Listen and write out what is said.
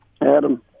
Adam